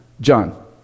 John